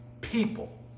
people